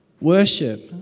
worship